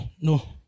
no